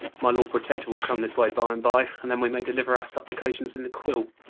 my lord protector will come this way by and by, and then wee may deliuer our supplications in the quill